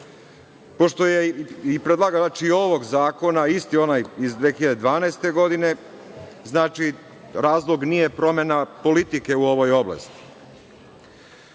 Pošto je predlagač i ovog zakona isti onaj iz 2012. godine, znači razlog nije promena politike u ovoj oblasti.U